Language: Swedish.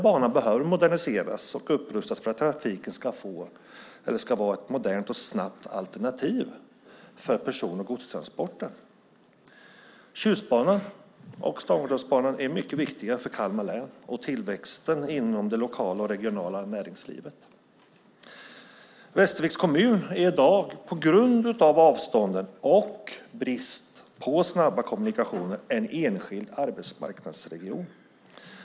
Banan behöver moderniseras och upprustas för att trafiken ska vara ett modernt och snabbt alternativ för person och godstransporter. Tjustbanan och Stångådalsbanan är mycket viktiga för Kalmar län och för tillväxten inom det lokala och regionala näringslivet. Västerviks kommun är i dag på grund av avstånden och brist på snabba kommunikationer en enskild arbetsmarknadsregion.